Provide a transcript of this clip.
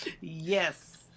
Yes